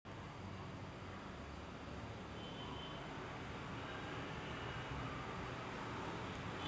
bank कर्मचार्याने अनुजला बराच वेळ मागणी केल्यावर जमा करू नका असे सांगितले